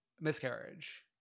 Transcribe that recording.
miscarriage